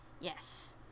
Yes